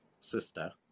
sister